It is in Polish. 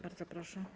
Bardzo proszę.